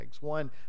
One